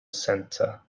centre